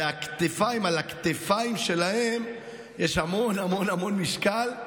ועל הכתפיים שלהם יש המון המון משקל,